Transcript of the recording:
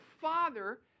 Father